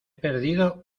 perdido